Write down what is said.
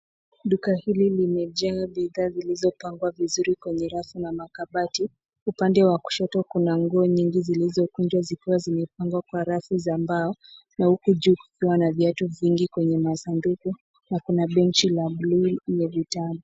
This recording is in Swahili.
Duka hili limejaa bidhaa zilizopangwa vizuri kwenye rafu na makabati. Upande wa kushoto kuna nguo nyingi zilizokunjwa zikiwa zimepangwa kwa rafu za mbao, na huku juu kukiwa na viatu vingi kwenye masanduku na kuna benchi ya buluu lenye vitabu.